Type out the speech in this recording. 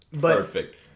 Perfect